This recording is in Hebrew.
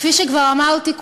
כפי שכבר אמרתי,